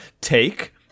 take